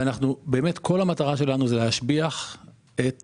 כל המטרה שלנו היא להשביח את